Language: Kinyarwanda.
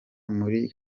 muri